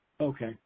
Okay